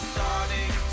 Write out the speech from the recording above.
Starting